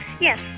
Yes